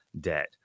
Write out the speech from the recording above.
debt